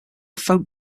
folk